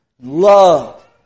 love